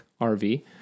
RV